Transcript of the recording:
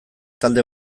talde